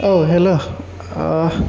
औ हेल'